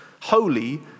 holy